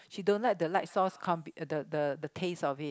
she don't like the light sauce combi the the the taste of it